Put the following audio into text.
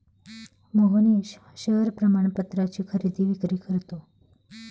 Mohnish share प्रमाणपत्राची खरेदी विक्री करतो